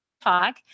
talk